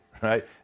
right